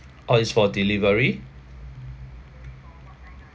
orh is for delivery